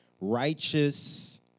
righteous